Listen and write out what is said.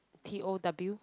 T O W